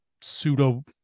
pseudo